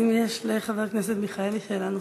האם יש לחבר הכנסת מיכאלי שאלה נוספת?